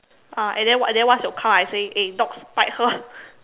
ah and then one~ then once you come I say eh dogs bite her